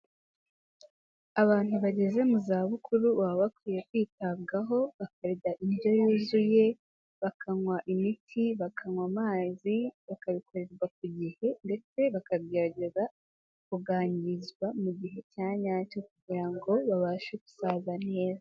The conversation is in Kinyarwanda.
Abantu bageze mu zabukuru baba bakwiye kwitabwaho, bakarya indyo yuzuye, bakanywa imiti, bakanywa amazi, bakabikorerwa ku gihe ndetse bakagerageza kuganirizwa mu gihe cya nyacyo kugira ngo babashe gusaza neza.